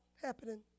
happening